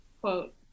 quote